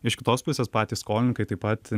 iš kitos pusės patys skolininkai taip pat